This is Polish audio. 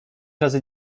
razy